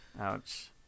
ouch